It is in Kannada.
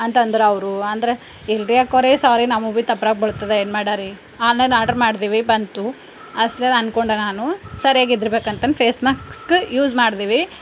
ಅಂತಂದ್ರು ಅವರು ಅಂದ್ರೆ ಇಲ್ರಿ ಅಕ್ಕೋರೆ ಸ್ವಾರಿ ನಮಗೆ ಭೀ ತಪ್ರಾಗಿ ಬೀಳ್ತದೆ ಏನ್ಮಾಡರಿ ಆನ್ಲೈನ್ ಆರ್ಡ್ರ್ ಮಾಡ್ದಿವಿ ಬಂತು ಅಸ್ಲಿದು ಅನ್ಕೊಂಡೆ ನಾನು ಸರಿಯಾಗಿದ್ದಿರ್ಬೇಕು ಅಂತಂದು ಫೇಸ್ ಮಾಸ್ಕ್ ಯೂಸ್ ಮಾಡ್ದಿವಿ